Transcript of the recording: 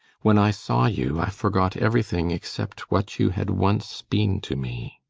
when i saw you i forgot everything except what you had once been to me.